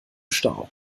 stau